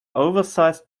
oversized